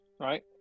right